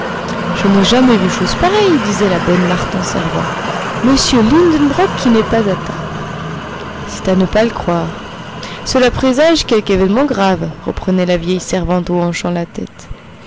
je n'ai jamais vu chose pareille disait la bonne marthe en servant m lidenbrock qui n'est pas à table c'est à ne pas le croire cela présage quelque événement grave reprenait la vieille servante en hochant la tête